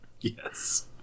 Yes